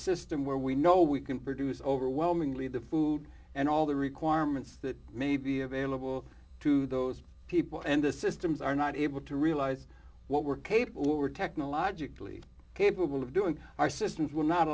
system where we know we can produce overwhelmingly the food and all the requirements that may be available to those people and the systems are not able to realize what we're capable what we're technologically capable of doing our systems will not